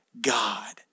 God